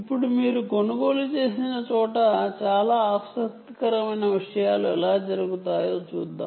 ఇప్పుడు మీరు కొనుగోలు చేసే చోట చాలా ఆసక్తికరమైన విషయాలు ఎలా జరుగుతాయో చూద్దా